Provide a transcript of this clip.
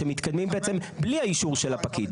שמתקדמים בעצם בלי האישור של הפקיד.